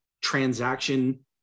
transaction